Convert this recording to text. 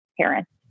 Parents